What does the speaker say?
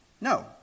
No